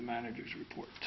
the manager's report